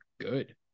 good